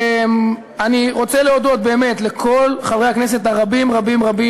אני רוצה להודות באמת לכל חברי הכנסת הרבים-רבים-רבים,